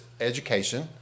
education